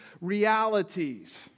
realities